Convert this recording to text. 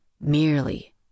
merely